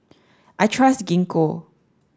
I trust Gingko